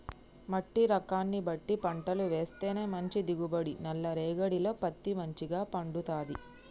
మట్టి రకాన్ని బట్టి పంటలు వేస్తేనే మంచి దిగుబడి, నల్ల రేగఢీలో పత్తి మంచిగ పండుతది